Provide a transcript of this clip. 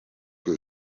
que